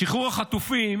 שחרור החטופים